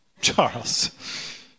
Charles